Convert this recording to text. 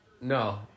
No